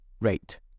rate